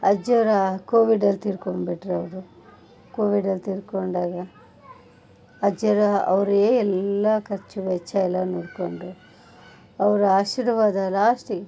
ಅಜ್ಜಾವ್ರ್ ಆ ಕೋವಿಡ್ ಅಲ್ಲಿ ತೀರ್ಕೊಂಡು ಬಿಟ್ಟರವ್ರು ಕೋವಿಡ್ ಅಲ್ಲಿ ತೀರ್ಕೊಂಡಾಗ ಅಜ್ಜಾರು ಅವರೇ ಎಲ್ಲ ಖರ್ಚು ವೆಚ್ಚ ಎಲ್ಲ ನೋಡಿಕೊಂಡ್ರು ಅವ್ರ ಆಶೀರ್ವಾದ ಲಾಸ್ಟಿಗೆ